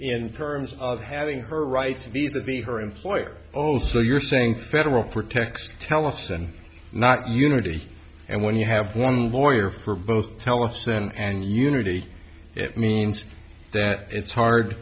in terms of having her right to be that be her employer oh so you're saying federal protection tellus and not unity and when you have one lawyer for both tele send and unity it means that it's hard